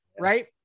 right